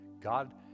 God